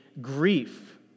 grief